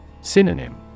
Synonym